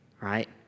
Right